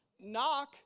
Knock